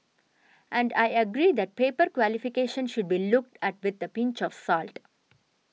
and I agree that paper qualifications should be looked at with a pinch of salt